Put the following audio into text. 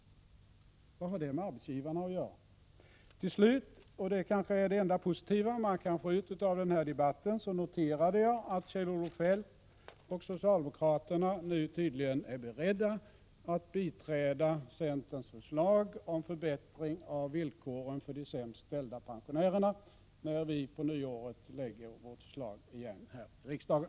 Vad har det med arbetsgivarna att göra? Till slut — och det är kanske det enda positiva som man kan få ut av den här debatten — noterade jag att Kjell-Olof Feldt och socialdemokraterna nu tydligen är beredda att biträda centerns förslag om förbättring av villkoren för de sämst ställda pensionärerna, när vi på nyåret lägger fram vårt förslag igen här i riksdagen.